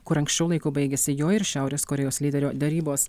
kur anksčiau laiko baigėsi jo ir šiaurės korėjos lyderio derybos